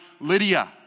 Lydia